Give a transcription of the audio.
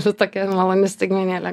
šitokia maloni staigmenėlė